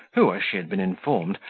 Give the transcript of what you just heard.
who, as she had been informed,